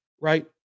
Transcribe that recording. right